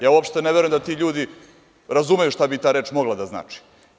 Ja uopšte ne verujem da ti ljudi razumeju šta bi ta reč mogla da znači.